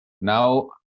now